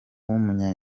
w’umunya